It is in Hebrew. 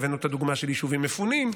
הבאנו את הדוגמה של יישובים מפונים,